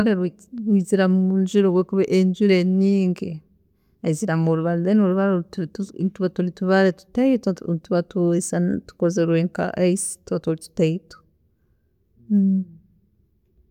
Eyizira munjura, obu erikuba enjura eri nyingi, eyizira murubaare, then orubaare oru tuba tuba tubaare tutaito, tuba tubaare tutaito tukozirwe nka ice.